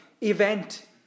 event